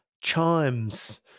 chimes